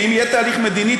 ואם יהיה תהליך מדיני,